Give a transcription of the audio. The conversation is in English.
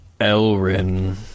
Elrin